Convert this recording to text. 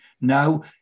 Now